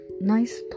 nice